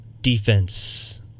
defense